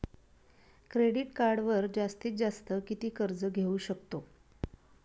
Credit कार्डवर जास्तीत जास्त किती कर्ज घेऊ शकतो?